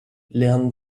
leanne